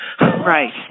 Right